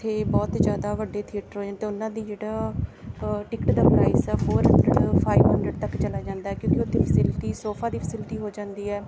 ਉੱਥੇ ਬਹੁਤ ਹੀ ਜ਼ਿਆਦਾ ਵੱਡੇ ਥੀਏਟਰ ਹੋ ਜਾਂਦੇ ਅਤੇ ਉਹਨਾਂ ਦੀ ਜਿਹੜਾ ਟਿਕਟ ਦਾ ਪ੍ਰਾਈਸ ਆ ਫੋਰ ਹੰਡਰਡ ਫਾਈਵ ਹੰਡਰਟ ਤੱਕ ਚਲਾ ਜਾਂਦਾ ਕਿਉਂਕਿ ਉੱਥੇ ਫੈਸਿਲਿਟੀ ਸੋਫਾ ਦੀ ਫੈਸਿਲਿਟੀ ਹੋ ਜਾਂਦੀ ਹੈ